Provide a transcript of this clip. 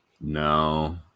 No